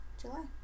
July